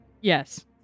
Yes